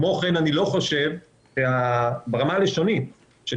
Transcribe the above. כמו כן אני לא חושב ברמה הלשונית של